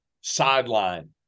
sideline